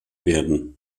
werden